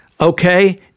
Okay